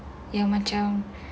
yang macam